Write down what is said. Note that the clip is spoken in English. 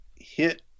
hit